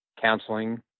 counseling